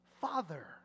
Father